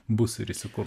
bus rizikų